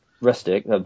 rustic